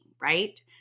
right